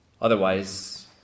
Otherwise